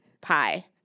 pie